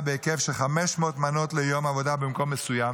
בהיקף של 500 מנות ליום עבודה במקום מסוים,